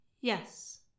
Yes